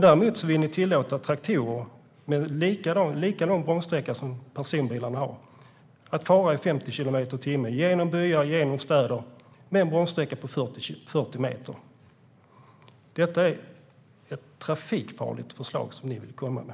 Däremot vill ni tillåta traktorer med en lika lång bromssträcka som dessa personbilar har att fara i 50 kilometer per timme genom byar och städer med en bromssträcka på 40 meter. Det är ett trafikfarligt förslag som ni kommer med.